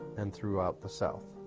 and throughout the south.